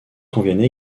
conviennent